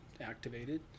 activated